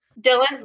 Dylan's